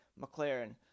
McLaren